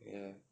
ya